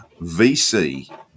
VC